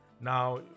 Now